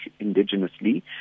indigenously